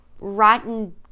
rotten